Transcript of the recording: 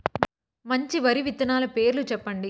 మంచి వరి విత్తనాలు పేర్లు చెప్పండి?